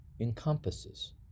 encompasses